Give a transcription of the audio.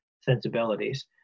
sensibilities